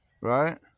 right